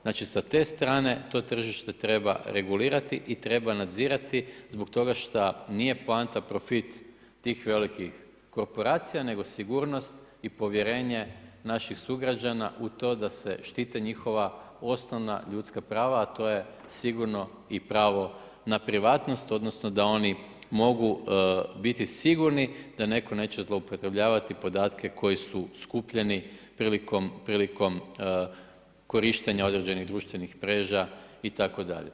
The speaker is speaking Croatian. Znači sa te strane to tržište treba regulirati i treba nadzirati, zbog toga što nije poanta profit tih velikih korporacija, nego sigurnost i povjerenje naših sugrađana u to da se štite njihova osnovna ljudska prava, a to je sigurno i pravo na privatnost, odnosno, da oni mogu biti sigurni da netko neće zloupotrebljavati podatke, koji su skupljeni, prilikom korištenja određenih društvenih mreža itd.